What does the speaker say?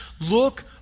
Look